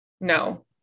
No